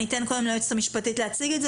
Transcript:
אני אתן קודם ליועצת המשפטית להציג את זה